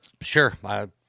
sure